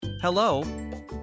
Hello